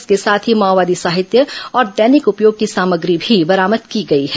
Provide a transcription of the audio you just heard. इसके साथ ही माओवादी साहित्य और दैनिक उपयोग की सामग्री भी बरामद की गई है